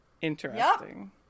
Interesting